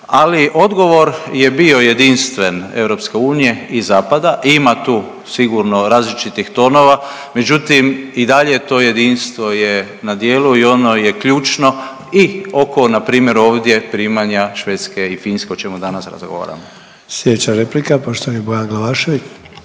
Ali odgovor je bio jedinstven EU i zapada, ima tu sigurno različitih tonova, međutim i dalje to jedinstvo je na djelu i ono je ključno i oko npr. ovdje primanja Švedske i Finske o čemu danas razgovaramo. **Sanader, Ante (HDZ)** Slijedeća replika poštovani Bojan Glavašević.